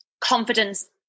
confidence